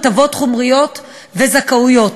הטבות חומריות וזכויות.